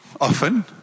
Often